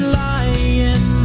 lying